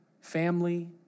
family